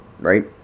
right